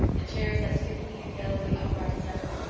the chairs as stiffly and yellowly upright as ever.